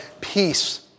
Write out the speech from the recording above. peace